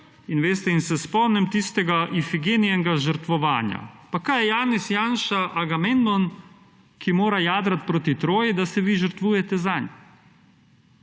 In veste, in se spomnim tistega Ifigenijevega žrtvovanja. Pa kaj je Janez Janša Agamemnom, ki mora jadrati proti Troji, da se vi žrtvujete zanj.